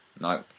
No